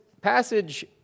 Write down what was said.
passage